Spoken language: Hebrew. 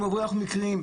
הם עוברי אורח מקריים,